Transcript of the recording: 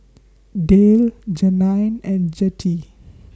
Dale Jeannine and Jettie